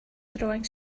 throwing